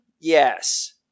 yes